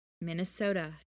minnesota